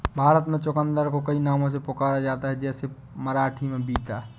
भारत में चुकंदर को कई नामों से पुकारा जाता है जैसे मराठी में बीता